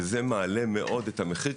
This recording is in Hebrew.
זה מעלה מאוד את המחיר,